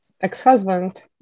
ex-husband